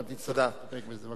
אבל תצטרך להסתפק בזה.